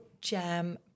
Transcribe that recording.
jam